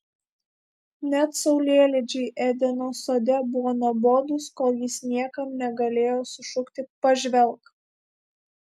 net saulėlydžiai edeno sode buvo nuobodūs kol jis niekam negalėjo sušukti pažvelk